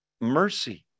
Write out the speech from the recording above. Mercy